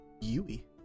Yui